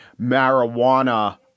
marijuana